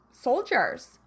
soldiers